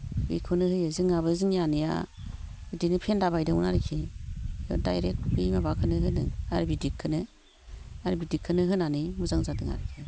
बिखौनो होयो जोंहाबो जोंनि आनैया बिदिनो फेन्दा बांदोंमोन आरखि ओमफाय डाइरेक्ट बै माबाखोनो होदों आयुरवेदिक खोनो आयुरवेदिक खोनो होनानै मोजां जादों आरखि